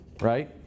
right